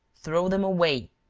throw them away,